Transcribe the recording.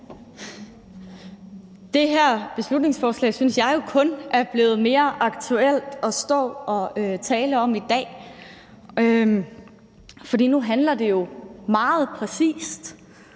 Det her beslutningsforslag synes jeg kun er blevet mere aktuelt at tale om i dag, for nu handler det jo meget præcist om